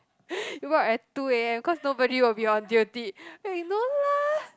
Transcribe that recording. report at two A_M cause nobody will be on duty well you know lah